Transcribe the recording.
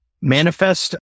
Manifest